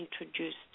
introduced